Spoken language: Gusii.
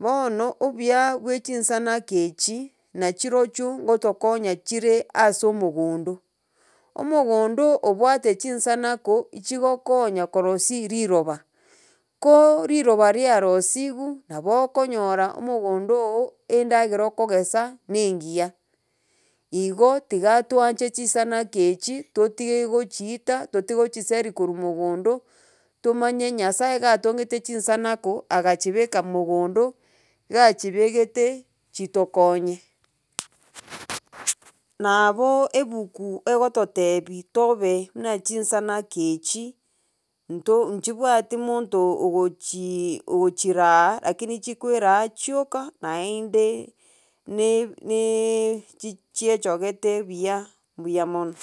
Bono, obuya bwa echinsanake echi nachirochio ngotokonya chire ase omogondo, omogondo obwate chinsanako chigokonya korosia riroba, ko riroba riarosiwu, nabo okonyora omogondo ogo endagera okogesa na engiya. Igo tiga toanche chisake echi totige gochiita totige gochiseria korwa mogondo tomanye nyasaye gatongete chinsanako agachibeka mogondo iga achibegete chitokonye nabooo ebuku egototebia tobe buna chinsanake echi, nto chibwati monto ogochiii ogochiraa lakini chikoeraa chioka, naende na naaa chiechogete buya, mbuya mono.